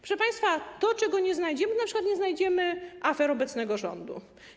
Proszę państwa, to, czego nie znajdziemy, np. nie znajdziemy afer obecnego rządu.